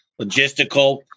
logistical